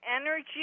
energy